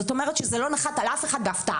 זאת אומרת, Sזה לא נחת על אף אחד בהפתעה,